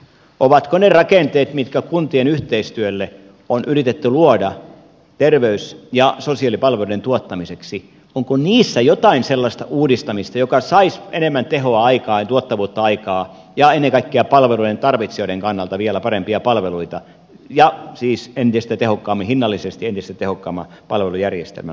onko niissä rakenteissa mitkä kuntien yhteistyölle on yritetty luoda terveys ja sosiaalipalveluiden tuottamiseksi jotain sellaista uudistamista joka saisi enemmän tehoa aikaan ja tuottavuutta aikaan ja ennen kaikkea palveluiden tarvitsijoiden kannalta vielä parempia palveluita entistä tehokkaammin hinnallisesti entistä tehokkaamman palvelujärjestelmän aikaiseksi